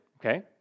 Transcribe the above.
Okay